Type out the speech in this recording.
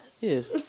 Yes